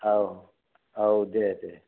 औ औ दे दे